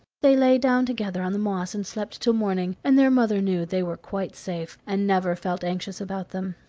they lay down together on the moss and slept till morning, and their mother knew they were quite safe, and never felt anxious about them.